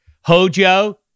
Hojo